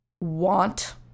want